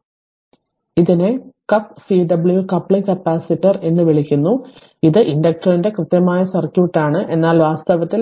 അതിനാൽ ഇതിനെ cap Cw coupling capacitor എന്ന് വിളിക്കുന്നു അതിനാൽ ഇത് ഇൻഡക്റ്ററിനുള്ള കൃത്യമായ സർക്യൂട്ട് ആണ് എന്നാൽ വാസ്തവത്തിൽ